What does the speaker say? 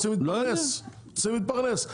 הם רוצים להתפרנס.